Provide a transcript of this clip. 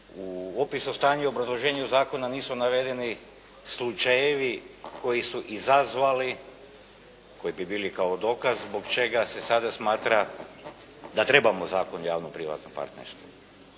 U opisu stanja i obrazloženja zakona nisu navedeni slučajevi koji su izazvali, koji bi bili kao dokaz zbog čega se sada smatra da trebamo Zakon o javno-privatnom partnerstvu.